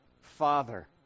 father